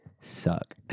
suck